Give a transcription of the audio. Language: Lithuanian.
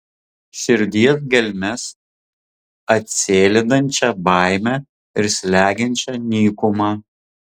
širdies gelmes atsėlinančią baimę ir slegiančią nykumą